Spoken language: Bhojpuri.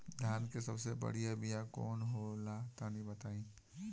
धान के सबसे बढ़िया बिया कौन हो ला तनि बाताई?